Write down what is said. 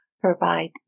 provide